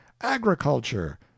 agriculture